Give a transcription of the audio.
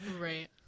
Right